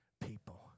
people